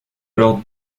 alors